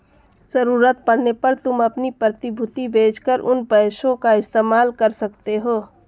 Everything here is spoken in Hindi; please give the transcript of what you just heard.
ज़रूरत पड़ने पर तुम अपनी प्रतिभूति बेच कर उन पैसों का इस्तेमाल कर सकते हो